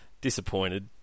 Disappointed